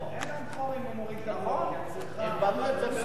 אין להם חור אם, נכון, הם בנו את זה מראש על,